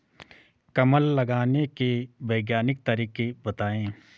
कमल लगाने के वैज्ञानिक तरीके बताएं?